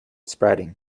spreading